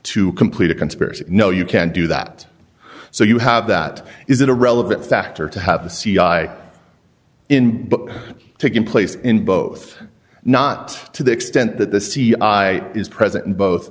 to complete a conspiracy no you can't do that so you have that is a relevant factor to have the c i in taken place in both not to the extent that the c i is present in both